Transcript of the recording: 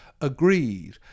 agreed